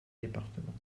départements